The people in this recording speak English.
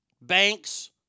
banks